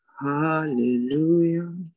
hallelujah